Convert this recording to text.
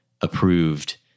approved